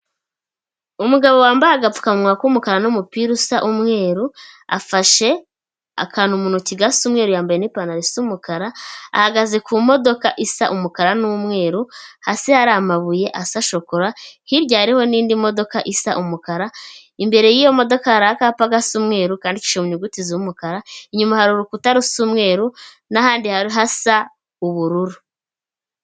Umugabo wambaye agapfukamuwa k'umukara n'umupira usa n'umweru, afashe akantu mu intoki gasa umweru yambaye n'ipantaro isa umukara, ahagaze ku modoka isa umukara n'umweru, hasi hari amabuye asa shokora, hirya hariho n'indi modoka isa umukara, imbere y'iyo modoka hari akapa agasa umweru kandikishije mu inyuguti z'umukara, inyuma hari urukuta r'umweru n'ahandi hari hasa ubururu.